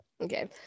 okay